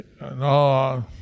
no